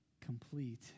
complete